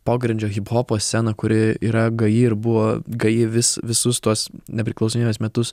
pogrindžio hiphopo sceną kuri yra gaji ir buvo gaji vis visus tuos nepriklausomybės metus